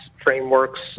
Frameworks